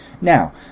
Now